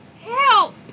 Help